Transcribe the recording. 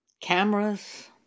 cameras